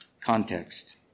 context